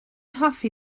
hoffi